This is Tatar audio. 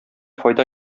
файда